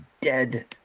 dead